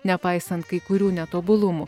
nepaisant kai kurių netobulumų